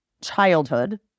childhood